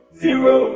zero